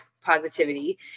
positivity